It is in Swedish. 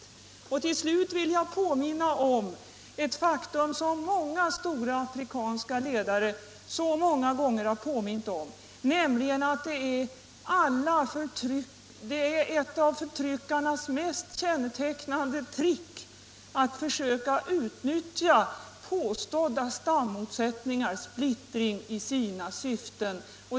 Angola Till slut vill jag påminna om ett faktum som många stora afrikanska ledare mycket ofta har framhållit, nämligen att det är ett av förtryckarnas mest kännetecknande trick att försöka utnyttja påstådda stammotsättningar, splittring, i sina syften.